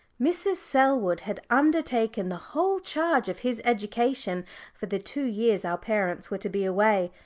mrs. selwood had undertaken the whole charge of his education for the two years our parents were to be away.